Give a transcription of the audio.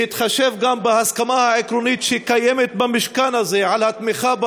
בהתחשב גם בהסכמה העקרונית שקיימת במשכן הזה על התמיכה בה.